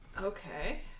Okay